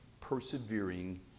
persevering